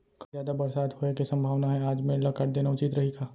कल जादा बरसात होये के सम्भावना हे, आज मेड़ ल काट देना उचित रही का?